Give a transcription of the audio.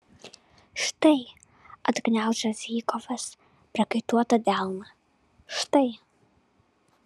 štai atgniaužia zykovas prakaituotą delną štai